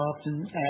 often